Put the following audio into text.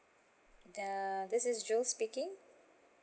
err this is jewel speaking